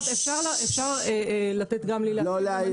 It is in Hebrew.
אפשר לתת גם לי לדבר,